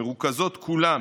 מרוכזים כולם